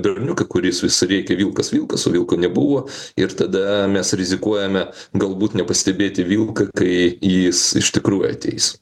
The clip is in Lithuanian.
berniuką kuris vis rėkia vilkas vilkas o vilko nebuvo ir tada mes rizikuojame galbūt nepastebėti vilko kai jis iš tikrųjų ateis